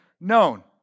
known